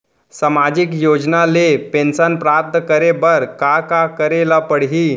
सामाजिक योजना ले पेंशन प्राप्त करे बर का का करे ल पड़ही?